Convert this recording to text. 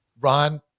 ron